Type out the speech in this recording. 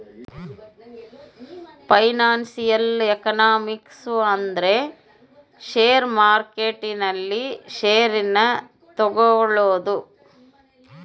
financial economics ಅಂದ್ರ share market ನಲ್ಲಿ share ನ ತಗೋಳೋದು